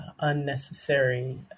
unnecessary